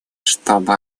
чтобы